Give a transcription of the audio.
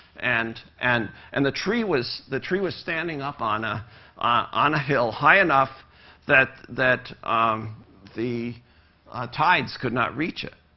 and and and the tree was the tree was standing up on a on a hill high enough that that um the tides could not reach it.